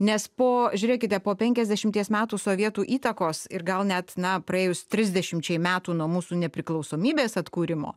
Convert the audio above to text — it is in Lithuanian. nes po žiūrėkite po penkiasdešimties metų sovietų įtakos ir gal net na praėjus trisdešimčiai metų nuo mūsų nepriklausomybės atkūrimo